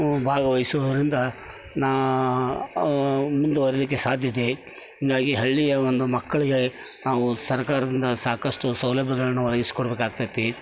ಭಾಗವಹಿಸುದರಿಂದ ನ ಮುಂದುವರಿಲಿಕ್ಕೆ ಸಾಧ್ಯಯಿದೆ ಹೀಗಾಗಿ ಹಳ್ಳಿಯ ಒಂದು ಮಕ್ಕಳಿಗೆ ನಾವು ಸರ್ಕಾರದಿಂದ ಸಾಕಷ್ಟು ಸೌಲಭ್ಯಗಳನ್ನು ಒದಗಿಸಿಕೊಡ್ಬೇಕಾಗ್ತದೆ